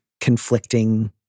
conflicting